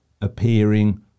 appearing